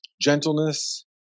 gentleness